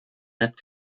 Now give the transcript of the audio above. that